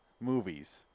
movies